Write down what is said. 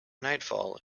nightfall